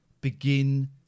begin